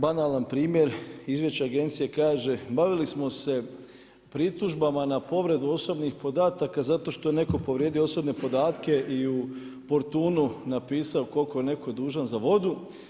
Banalan primjer, Izvješće Agencije kaže bavili smo se pritužbama na povredu osobnih podataka zato što je netko povrijedio osobne podatke i u portunu napisao koliko je netko dužan za vodu.